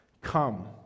come